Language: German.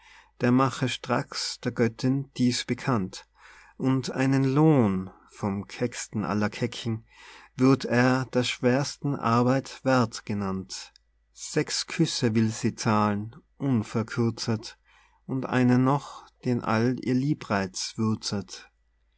der mache stracks der göttin dies bekannt und einen lohn vom kecksten aller kecken würd er der schwersten arbeit werth genannt sechs küsse will sie zahlen unverkürzet und einen noch den all ihr liebreiz würzet